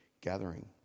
gathering